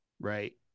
right